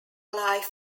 life